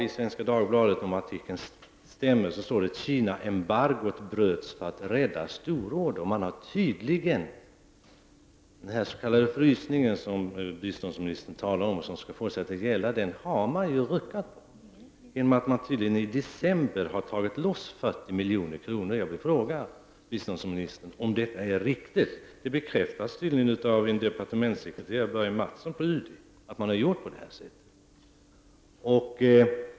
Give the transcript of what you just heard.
I Svenska Dagbladet i dag står: ”Kina-embargot bröts för att rädda stororder.” Den frysning som biståndsministern talar om skall fortsätta att gälla har man tydligen ruckat på genom att man i december har tagit loss 40 milj.kr. Jag vill fråga biståndsministern: Är detta riktigt? Det bekräftas tydligen av departementssekreterare Börje Mattsson på UD att man har gjort på det sättet.